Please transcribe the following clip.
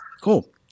Cool